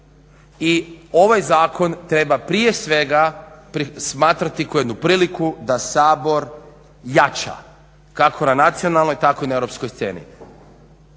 I ovaj zakon treba prije svega smatrati kao jednu priliku da Sabor jača kako na nacionalnoj tako i na europskoj sceni.